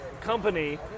company